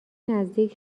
نزدیک